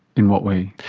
in what way?